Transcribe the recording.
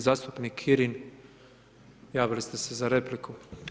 Zastupnik Kirin, javili ste se za repliku.